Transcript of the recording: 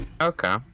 Okay